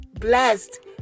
blessed